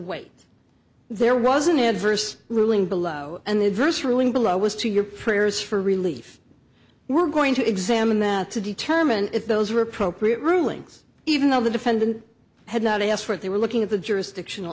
wait there was an adverse ruling below and the adverse ruling below was to your prayers for relief we're going to examine that to determine if those were appropriate rulings even though the defendant had not asked for it they were looking at the jurisdiction